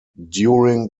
during